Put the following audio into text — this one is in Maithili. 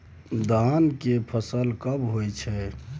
धान के फसल कब होय छै?